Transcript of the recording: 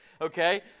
okay